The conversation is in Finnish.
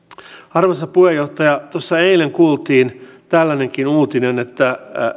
arvoisa puheenjohtaja tuossa eilen kuultiin tällainenkin uutinen että